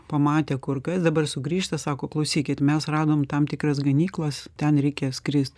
pamatė kur kas dabar sugrįžta sako klausykit mes radom tam tikras ganyklas ten reikia skrist